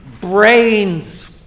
brains